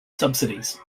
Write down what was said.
subsidies